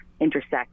intersect